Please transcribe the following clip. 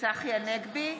צחי הנגבי,